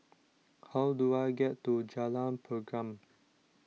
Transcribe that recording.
how do I get to Jalan Pergam